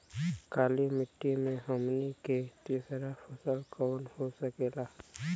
काली मिट्टी में हमनी के तीसरा फसल कवन हो सकेला?